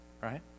right